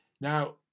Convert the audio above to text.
now